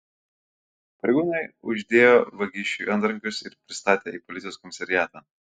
pareigūnai uždėjo vagišiui antrankius ir pristatė į policijos komisariatą